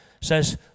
says